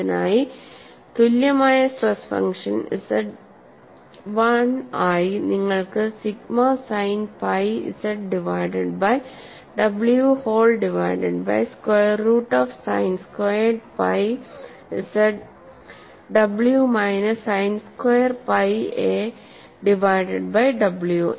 ഇതിനായി തുല്യമായ stress function ZI ആയി നിങ്ങൾക്ക് sigma sine pi z divided by w whole divided by square root of sine squared pi z by w minus sine square pi a divided by w